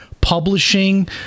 Publishing